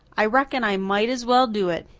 i reckon i might as well do it.